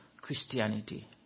Christianity